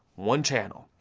one channel.